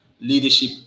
leadership